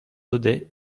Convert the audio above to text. daudet